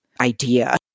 idea